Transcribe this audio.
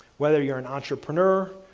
whether you're an entrepreneur,